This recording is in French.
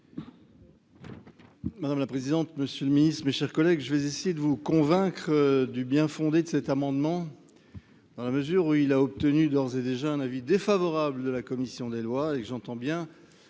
Madame la présidente, monsieur le ministre, mes chers collègues, je vais essayer de vous convaincre du bien fondé de cet amendement. Même si une proposition analogue a d’ores et déjà reçu un avis défavorable de la commission des lois, j’entends bien